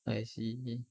I see